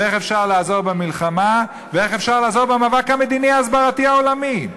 ואיך אפשר לעזור במלחמה ואיך אפשר לעזור במאבק המדיני ההסברתי העולמי.